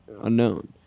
unknown